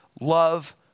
love